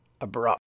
abrupt